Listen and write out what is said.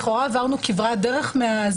לכאורה עברנו כברת דרך מאז,